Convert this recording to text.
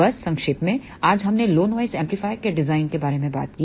तो बस संक्षेप में आज हमने लो नॉइस एम्पलीफायर के डिजाइन के बारे में बात की